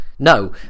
no